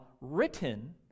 written